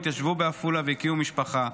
התיישבו בעפולה והקימו משפחה.